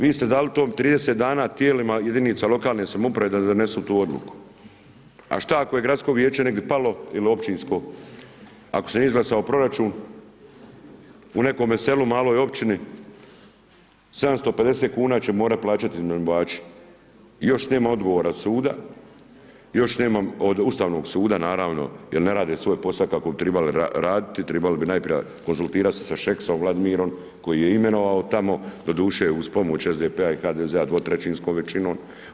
Vi ste dali tom 30 dana tijelima jedinica lokalne samouprave da donesu tu odluku a šta ako je gradsko vijeće negdje palo ili općinsko, ako se nije izglasao proračun, u nekome selu, u maloj općini, 750 kn će morati plaćati iznajmljivači, još nema odgovora suda, još nema od Ustavnog suda naravno jer ne rade svoj posao kako bi trebali raditi, trebali bi najprije konzultirati sa Šeksom Vladimirom koji je imenovao tamo, doduše uz pomoć SDP-a i HDZ-a dvotrećinskom većinom.